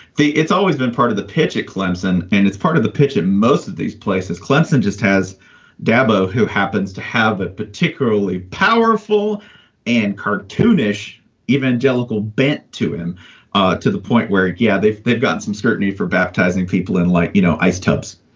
it's always been part of the pitch at clemson and it's part of the pitch and most of these places, clemson just has dabo, who happens to have a particularly powerful and cartoonish evangelical bent to him ah to the point where, yeah, they've they've got some scrutiny for baptizing people in like, you know, ice tubs.